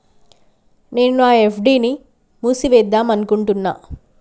నేను నా ఎఫ్.డి ని మూసివేద్దాంనుకుంటున్న